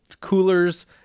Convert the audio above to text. coolers